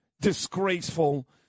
disgraceful